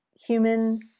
human